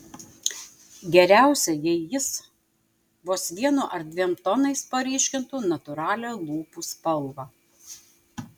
geriausia jei jis vos vienu ar dviem tonais paryškintų natūralią lūpų spalvą